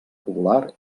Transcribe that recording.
popular